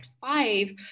five